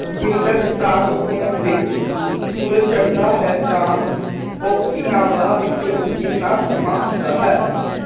ਜੇਕਰ ਸਟਾਕਹੋਮ ਵਿੱਚ ਸੂਰਜ ਚੜ੍ਹਦਾ ਹੈ ਤਾਂ ਓਕੀਨਾਵਾ ਵਿੱਚ ਕਿੰਨਾ ਸਮਾਂ ਹੁੰਦਾ ਹੈ